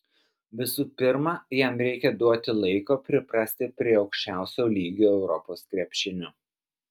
visų pirma jam reikia duoti laiko priprasti prie aukščiausio lygio europos krepšinio